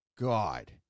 God